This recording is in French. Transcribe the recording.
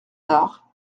tard